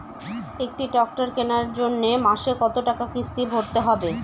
একটি ট্র্যাক্টর কেনার জন্য মাসে কত টাকা কিস্তি ভরতে হবে?